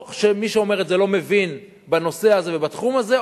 או שמי שאומר את זה לא מבין בנושא הזה ובתחום הזה,